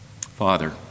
Father